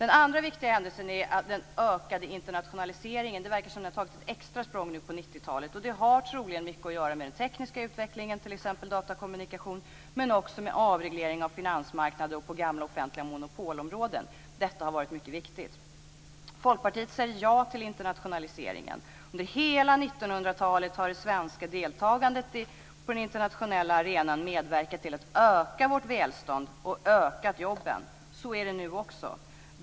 Den andra viktiga företeelsen är den ökade internationaliseringen. Det verkar som att den har tagit extra stora språng nu på 90-talet, och det har troligen mycket att göra med den tekniska utvecklingen, t.ex. datakommunikation, men också med avregleringen av finansmarknader och på gamla offentliga monopolområden. Detta har varit mycket viktigt. Folkpartiet säger ja till internationaliseringen. Under hela 1900-talet har det svenska deltagandet på den internationella arenan medverkat till att öka vårt välstånd och öka antalet nya jobb.